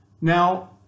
now